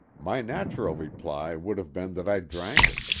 my natural reply would have been that i drank it,